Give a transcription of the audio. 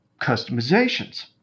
customizations